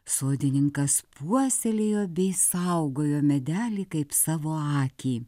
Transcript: sodininkas puoselėjo bei saugojo medelį kaip savo akį